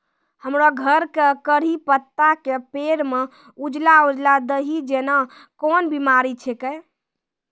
हमरो घर के कढ़ी पत्ता के पेड़ म उजला उजला दही जेना कोन बिमारी छेकै?